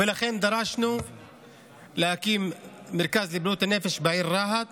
ולכן דרשנו להקים מרכז לבריאות הנפש בעיר רהט